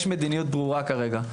יש מדיניות ברורה כרגע,